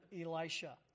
Elisha